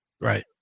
Right